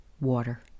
water